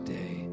day